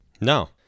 No